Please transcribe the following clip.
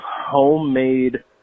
homemade